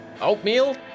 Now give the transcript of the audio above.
Oatmeal